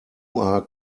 are